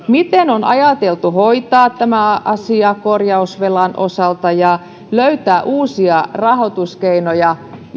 miten on ajateltu hoitaa tämä asia korjausvelan osalta ja löytää uusia rahoituskeinoja